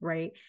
Right